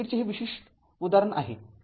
तर सर्किटचे हे विशिष्ट उदाहरण आहे